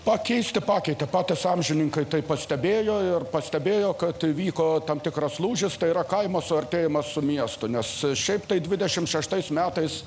pakeisti pakeitė patys amžininkai tai pastebėjo ir pastebėjo kad vyko tam tikras lūžis tai yra kaimo suartėjimas su miestu nes šiaip tai dvidešimt šeštais metais